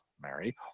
Mary